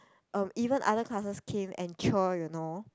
um even other classes came and cheer you know